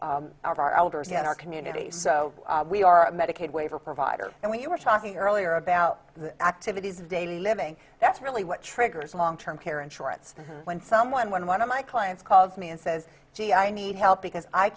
r elderly and our communities so we are a medicaid waiver provider and when you were talking earlier about the activities of daily living that's really what triggers a long term care insurance when someone when one of my clients calls me and says gee i need help because i